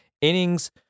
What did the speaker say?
innings